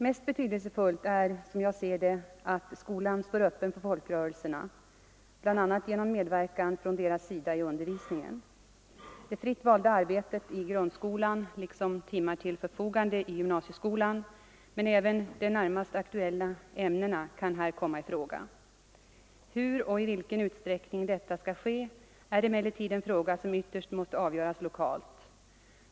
Mest betydelsefullt är, som jag ser det, att skolan står öppen för folkrörelserna, bl.a. genom medverkan från deras sida i undervisningen. Det fritt valda arbetet i grundskolan liksom timmar till förfogande i gymnasieskolan men även de närmast aktuella ämnena kan här komma i fråga. Hur och i vilken utsträckning detta skall ske är emellertid en fråga som ytterst måste avgöras lokalt.